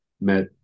met